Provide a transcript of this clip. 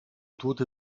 tote